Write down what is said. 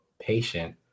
patient